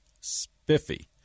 spiffy